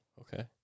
Okay